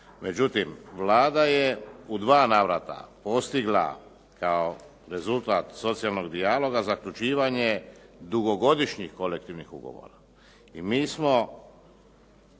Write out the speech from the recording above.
Međutim, Vlada je u 2 navrata postigla kao rezultat socijalnog dijaloga zaključivanje dugogodišnjih kolektivnih ugovora